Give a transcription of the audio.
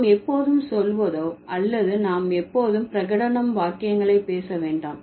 நாம் எப்போதும் சொல்வதோ அல்லது நாம் எப்போதும் பிரகடனம் வாக்கியங்களையோ பேச வேண்டாம்